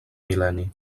mil·lenni